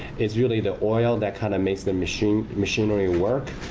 it's really the oil that kind of makes the machinery machinery work.